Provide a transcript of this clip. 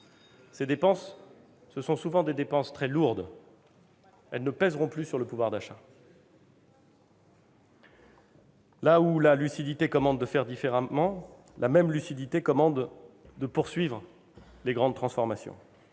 de dépenses souvent très lourdes qui ne pèseront plus sur le pouvoir d'achat. Là où la lucidité commande de faire différemment, la même lucidité commande de poursuivre les grandes transformations,